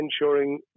ensuring